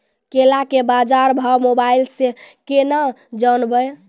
केला के बाजार भाव मोबाइल से के ना जान ब?